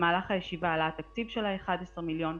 במהלך הישיבה עלה התקציב של ה-11 מיליון,